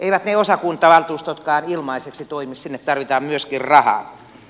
eivät ne osakuntavaltuustotkaan ilmaiseksi toimi sinne tarvitaan myöskin rahaa